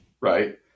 right